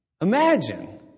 Imagine